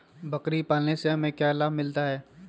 बकरी पालने से हमें क्या लाभ मिलता है?